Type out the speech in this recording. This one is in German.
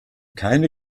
keine